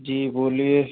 जी बोलिए